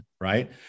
right